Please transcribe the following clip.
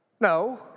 No